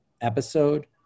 episode